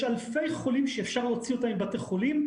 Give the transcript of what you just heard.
יש אלפי חולים שאפשר להוציא אותם מבתי חולים,